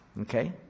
okay